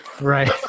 Right